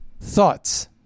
thoughts